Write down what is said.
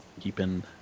keeping